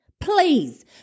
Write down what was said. please